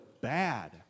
bad